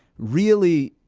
really,